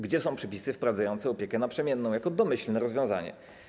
Gdzie są przepisy wprowadzające opiekę naprzemienną jako domyślne rozwiązanie?